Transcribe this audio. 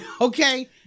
Okay